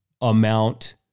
amount